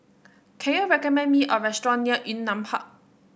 can you recommend me a restaurant near Yunnan Park